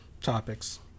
topics